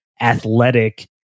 athletic